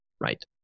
right